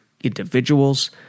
individuals